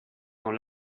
dans